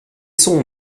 son